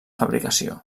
fabricació